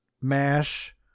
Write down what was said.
MASH